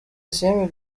isimbi